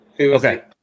Okay